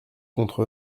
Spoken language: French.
contre